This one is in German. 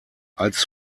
als